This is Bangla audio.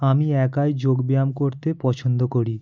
আমি একাই যোগ ব্যায়াম করতে পছন্দ করি